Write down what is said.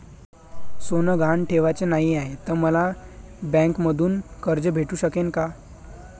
सोनं गहान ठेवाच नाही हाय, त मले बँकेतून कर्ज भेटू शकते का?